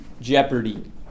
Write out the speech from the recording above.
Jeopardy